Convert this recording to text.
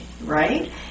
right